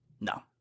no